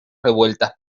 revueltas